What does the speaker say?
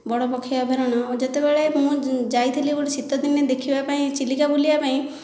ବଡ଼ ପକ୍ଷୀ ଅଭୟାରଣ୍ୟ ଯେତେବେଳେ ମୁଁ ଯାଇଥିଲି ଗୋଟିଏ ଶୀତଦିନେ ଦେଖିବାପାଇଁ ଚିଲିକା ବୁଲିବାପାଇଁ